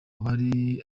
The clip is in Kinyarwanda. bari